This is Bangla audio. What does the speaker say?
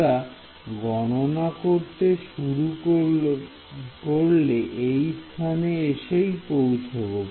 আমরা গণনা করতে শুরু করল এই স্থানে এসে পৌঁছাব